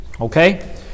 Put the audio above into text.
okay